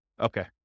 Okay